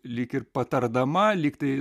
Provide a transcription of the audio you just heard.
lyg ir patardama lygtai